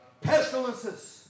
Pestilences